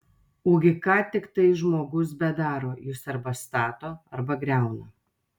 ugi ką tiktai žmogus bedaro jis arba stato arba griauna